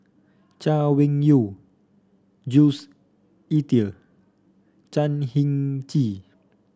Chay Weng Yew Jules Itier Chan Heng Chee